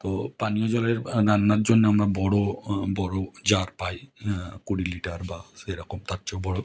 তো পানীয় জলে রান্নার জন্য আমরা বড় বড় জার পাই হ্যাঁ কুড়ি লিটার বা সেই রকম তার চেয়েও বড়